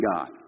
God